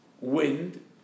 Wind